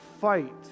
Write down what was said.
fight